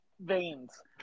veins